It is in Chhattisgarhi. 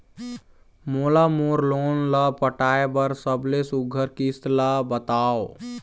मोला मोर लोन ला पटाए बर सबले सुघ्घर किस्त ला बताव?